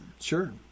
sure